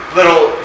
little